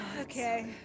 Okay